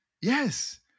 Yes